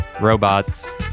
robots